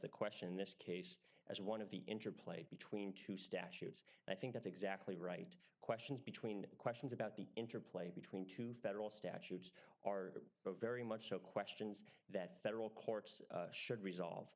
the question in this case as one of the interplay between two statutes i think that's exactly right questions between questions about the interplay between two federal statute or very much so questions that federal courts should resolve